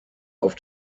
auf